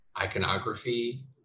iconography